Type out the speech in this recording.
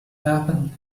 happened